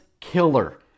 killer